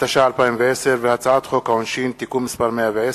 התש"ע 2010, הצעת חוק העונשין (תיקון מס' 110)